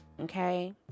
Okay